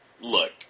look